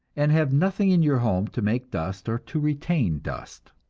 and have nothing in your home to make dust or to retain dust.